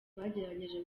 bagerageje